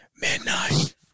Midnight